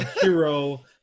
hero